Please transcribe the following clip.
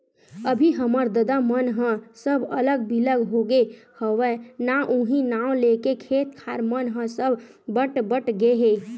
अभी हमर ददा मन ह सब अलग बिलग होगे हवय ना उहीं नांव लेके खेत खार मन ह सब बट बट गे हे